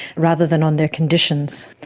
rather than on their conditions.